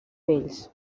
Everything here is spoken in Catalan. pells